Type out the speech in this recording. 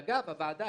אגב, הוועדה